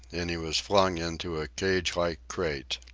and he was flung into a cagelike crate.